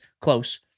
Close